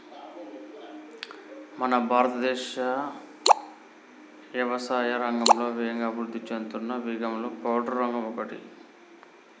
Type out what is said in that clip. మన భారతదేశం యవసాయా రంగంలో వేగంగా అభివృద్ధి సేందుతున్న విభాగంలో పౌల్ట్రి రంగం ఒకటి